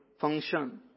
function